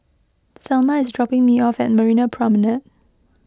thelma is dropping me off at Marina Promenade